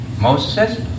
Moses